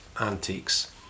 antiques